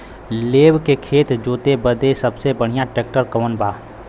लेव के खेत जोते बदे सबसे बढ़ियां ट्रैक्टर कवन बा?